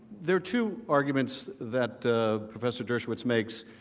there are two arguments that professor dershowitz makes.